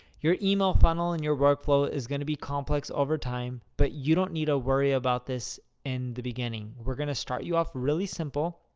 your email funnel and your workflow is going to be complex over time, but you don't need to ah worry about this in the beginning. we're going to start you off really simple.